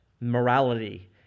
morality